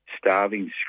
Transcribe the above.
starving